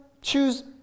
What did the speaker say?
choose